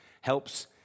helps